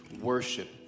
worship